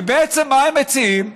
ובעצם, מה הם מציעים?